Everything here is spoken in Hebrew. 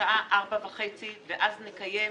לשעה 16:30 ואז נקיים